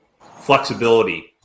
flexibility